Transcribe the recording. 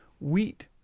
wheat